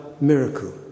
miracle